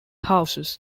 houses